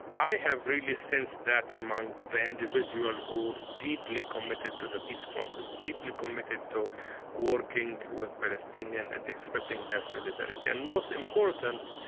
i have really sensed that among the individual who's deeply committed to the peace process, deeply committed to working with palestinian and expressing their solidarity and, most important,